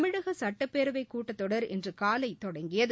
தமிழக சட்டப்பேரவைக் கூட்டத்தொடர் இன்று காலை தொடங்கியது